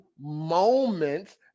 moments